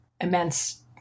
immense